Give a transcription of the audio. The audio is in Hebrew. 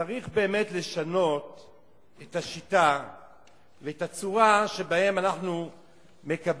צריך באמת לשנות את השיטה ואת הצורה שבה אנחנו מקבלים,